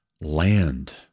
land